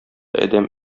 адәм